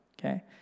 okay